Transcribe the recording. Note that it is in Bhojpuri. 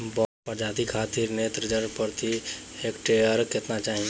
बौना प्रजाति खातिर नेत्रजन प्रति हेक्टेयर केतना चाही?